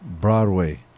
Broadway